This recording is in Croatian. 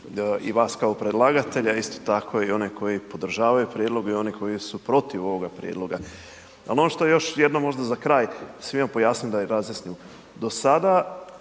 i vas kao predlagatelja, isto tako i one koji podržavaju prijedlog i one koji su protiv ovoga prijedloga ali ono što još jednom možda za kraj svima pojasnit da im razjasnim. Do sada